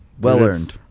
Well-earned